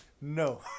no